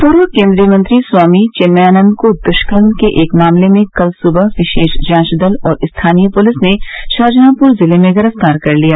पूर्व केंद्रीय मंत्री स्वामी चिन्मयानंद को दुष्कर्म के एक मामले में कल सुबह विशेष जांच दल और स्थानीय पुलिस ने शाहंजहापुर जिले में गिरफ्तार कर लिया